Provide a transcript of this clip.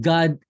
God